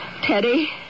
Teddy